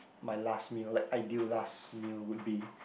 my last meal like ideal last meal would be